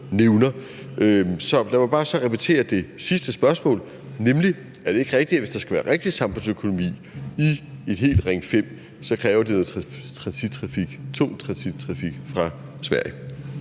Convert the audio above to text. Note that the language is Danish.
Men lad mig bare repetere det sidste spørgsmål: Er det ikke rigtigt, at hvis der skal være rigtig samfundsøkonomi i en hel Ring 5, kræver det noget tung transittrafik fra Sverige?